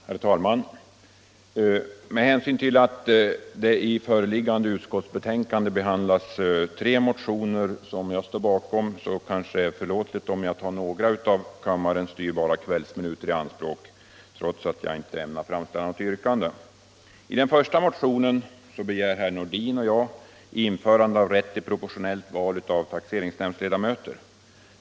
Herr talman! Med hänsyn till att föreliggande utskottsbetänkande behandlar tre motioner som jag står bakom kanske det är förlåtligt om jag tar några av kammarens dyrbara kvällsminuter i anspråk, trots att jag inte ämnar framställa något yrkande. I den första motionen begär herr Nordin och jag införande av rätt till proportionella val av taxeringsnämndsledamöter.